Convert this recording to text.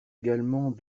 également